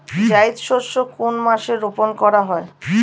জায়িদ শস্য কোন মাসে রোপণ করা হয়?